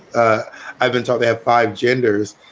ah i've been told they have five genders,